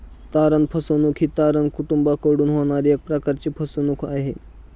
तारण फसवणूक ही तारण कुटूंबाकडून होणारी एक प्रकारची फसवणूक आहे